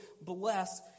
bless